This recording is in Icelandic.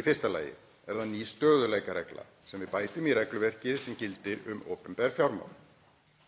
Í fyrsta lagi er það ný stöðugleikaregla sem við bætum í regluverkið sem gildir um opinber fjármál.